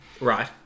right